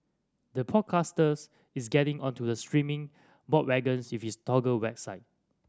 the broadcasters is getting onto the streaming bandwagon with its Toggle website